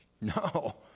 No